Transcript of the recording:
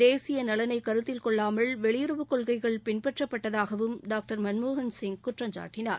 தேசிய நலனை கருத்தில் கொள்ளாமல் வெளியுறவுக் கொள்கைகள் பின்பற்றப்பட்டதாகவும் டாக்டர் மன்மோகன் சிங் குற்றம் சாட்டினார்